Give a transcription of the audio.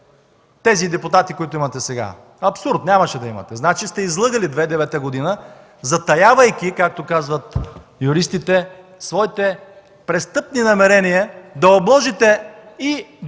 тези депутати, които имате сега? Абсурд, нямаше да имате! Значи, сте излъгали през 2009 г., затаявайки, както казват юристите, своите престъпни намерения да обложите и депозитите